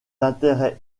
d’intérêt